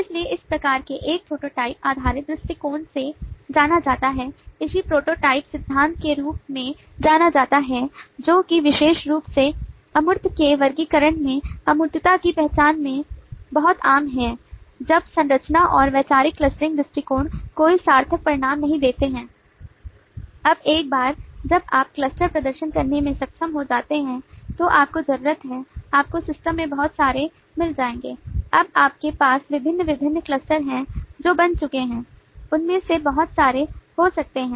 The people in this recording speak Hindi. इसलिए इस प्रकार के एक प्रोटोटाइप आधारित दृष्टिकोण से जाना जाता है जिसे प्रोटोटाइप सिद्धांत के रूप में जाना जाता है जो कि विशेष रूप से अमूर्त के वर्गीकरण में अमूर्तता की पहचान में बहुत आम है जब संरचना और वैचारिक क्लस्टरिंग दृष्टिकोण कोई सार्थक परिणाम नहीं देते हैं अब एक बार जब आप क्लस्टर प्रदर्शन करने में सक्षम हो जाते हैं तो आपको जरूरत है आपको सिस्टम में बहुत सारे मिल जाएंगे अब आपके पास विभिन्न विभिन्न क्लस्टर हैं जो बन चुके हैं उनमें से बहुत सारे हो सकते हैं